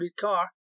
car